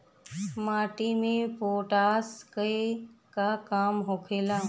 माटी में पोटाश के का काम होखेला?